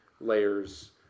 layers